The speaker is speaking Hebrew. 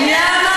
מימון.